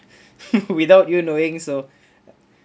without you knowing so